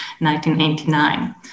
1989